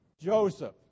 Joseph